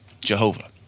Jehovah